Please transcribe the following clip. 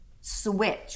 switch